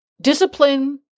discipline